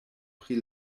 pri